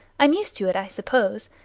i'm used to it, i suppose.